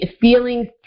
feelings